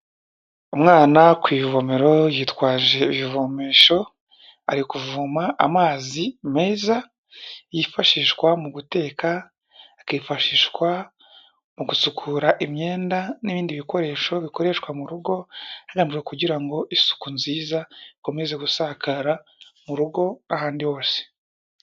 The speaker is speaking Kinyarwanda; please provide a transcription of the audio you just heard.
Umwana ku ivomero yitwaje ibivomesho ari kuvoma amazi meza yifashishwa mu guteka, akifashishwa mu gusukura imyenda n'ibindi bikoresho bikoreshwa mu rugo kugira ngo isuku nziza ikomeze gusakara mu rugo ahandi hose.